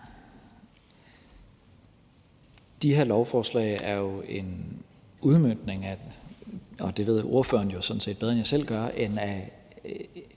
De her lovforslag er jo en udmøntning – det ved ordføreren sådan set bedre, end jeg selv gør – af